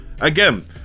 Again